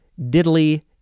diddly